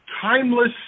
timeless